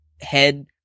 head